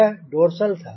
यह डोर्सल था